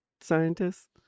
scientists